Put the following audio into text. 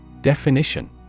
Definition